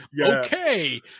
okay